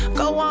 go um